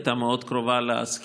היא הייתה מאוד קרובה לזכייה,